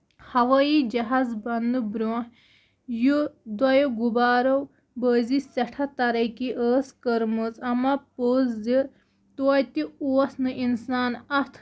ہوٲیی جَہاز بَننہٕ برٛونٛہہ یہِ دۄیو غُبارو بٲزِ سٮ۪ٹھاہ ترقی ٲس کٔرمٕژ اَما پوٚز زِ توتہِ اوس نہٕ اِنسان اَتھ